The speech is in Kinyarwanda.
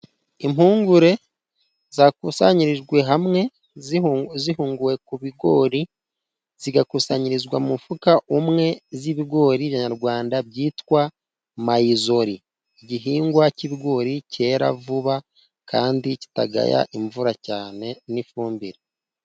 Impungure zakusanyirijwe hamwe zihungu zihunguwe ku bigori, zigakusanyirizwa mu mufuka umwe z'ibigori nyarwanda byitwa mayizori. Igihingwa k'ibigori kera vuba kandi kitagaya imvura cyane n'ifumbire.